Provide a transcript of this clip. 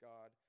God